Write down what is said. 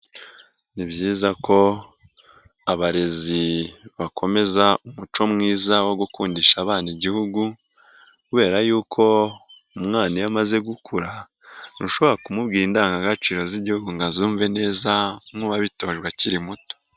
Ni byiza ko abarezi bakomeza umuco mwiza wo gukundisha abana igihugu, kubera y'uko umwana iyo amaze gukura ntushobora kumubwira indangagaciro z'igihugu ngo azumve neza nk'uwabitojwe akiri muto.